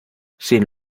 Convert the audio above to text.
sin